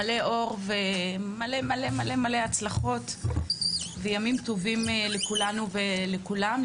מלא אור ומלא מלא הצלחות וימים טובים לכולנו ולכולם,